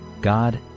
God